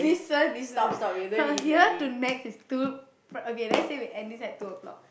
listen listen from here to Nex is two~ okay let's say we end this at two o-clock